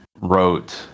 wrote